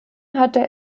hatte